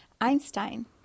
Einstein